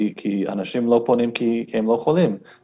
כי אנשים לא פונים כי הם לא חולים.